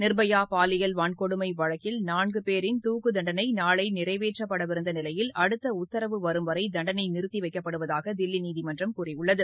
நிர்பயா பாலியல் வன்கொடுமை வழக்கில் நான்கு பேரின் தூக்கு தண்டனை நாளை நிறைவேற்றப்படவிருந்த நிலையில் அடுத்த உத்தரவு வரும் வரை தண்டனை நிறுத்தி வைக்கப்பட்டுள்ளதாக தில்லி நீதிமன்றம் கூறியுள்ளது